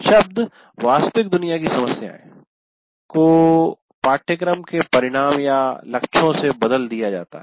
शब्द वास्तविक दुनिया की समस्याएं को पाठ्यक्रम के परिणाम योग्यता लक्ष्यों से बदल दिया जाता है